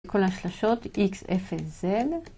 כל השלשות x,0,z